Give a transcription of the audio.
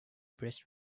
breast